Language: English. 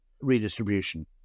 redistribution